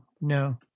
no